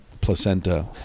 placenta